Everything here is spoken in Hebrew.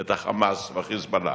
את ה"חמאס" וה"חיזבאללה".